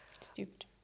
stupid